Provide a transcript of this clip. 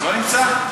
לא נמצא?